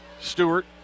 Stewart